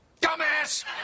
Dumbass